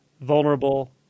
Vulnerable